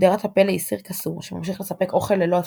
קדרת הפלא היא סיר קסום שממשיך לספק אוכל ללא הפסק.